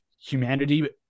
humanity